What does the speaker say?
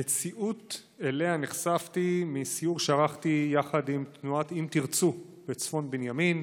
מציאות שאליה נחשפתי בסיור שערכתי יחד עם תנועת אם תרצו בצפון בנימין: